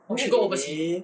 really